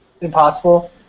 impossible